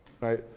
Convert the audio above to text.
right